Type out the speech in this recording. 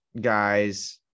guys